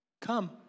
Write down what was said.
Come